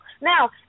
Now